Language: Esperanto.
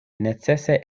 necese